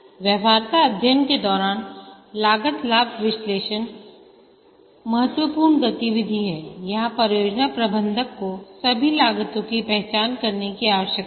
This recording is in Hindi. व्यवहार्यता अध्ययन के दौरान लागत लाभ विश्लेषण महत्वपूर्ण गतिविधि है यहां परियोजना प्रबंधक को सभी लागतों की पहचान करने की आवश्यकता है